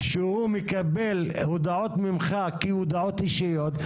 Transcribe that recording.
שהוא מקבל הודעות ממך כהודעות אישיות,